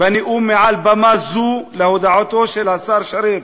בנאום מעל במה זו על הודעתו של השר שרת